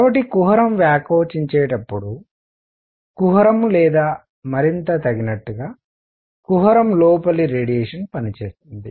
కాబట్టి కుహరం వ్యాకోచించేటప్పుడు కుహరం లేదా మరింత తగినట్టుగా కుహరం లోపలి రేడియేషన్ పనిచేస్తుంది